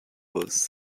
was